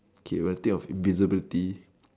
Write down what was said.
can I think of invisibility